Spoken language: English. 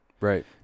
Right